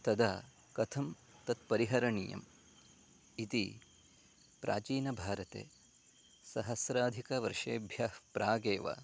तदा कथं तत् परिहरणीयम् इति प्राचीनभारते सहस्राधिकवर्षेभ्यः प्रागेव